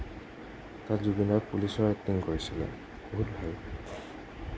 তাত জুবিনে পুলিচৰ এক্টিং কৰিছিলে বহুত ভাল